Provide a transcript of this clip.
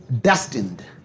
destined